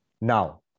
Now